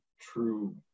true